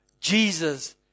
Jesus